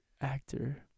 actor